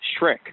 Shrek